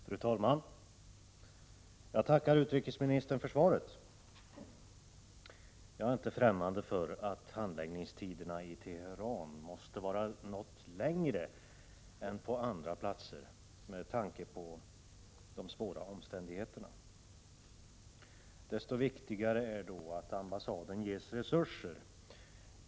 Fru talman! Jag tackar utrikesministern för svaret. Jag är inte fftämmande för att handläggningstiderna i Teheran måste vara något längre än på andra platser med tanke på de svåra omständigheterna. Desto viktigare är det då att ambassaden ges resurser.